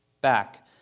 back